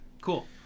cool